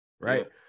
right